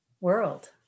world